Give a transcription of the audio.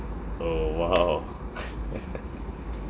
orh !wow!